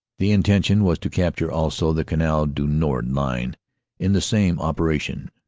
the intention was to capture also the canal du nord line in the same operation.